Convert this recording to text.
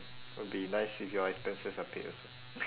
will be nice if your expenses are paid also